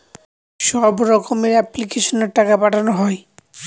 সব রকমের এপ্লিক্যাশনে টাকা পাঠানো হয়